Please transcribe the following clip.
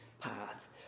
path